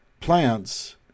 plants